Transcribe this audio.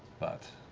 but